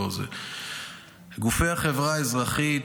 גופי החברה האזרחית,